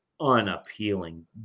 unappealing